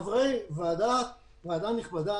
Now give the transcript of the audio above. חברי הוועדה הנכבדה: